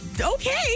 okay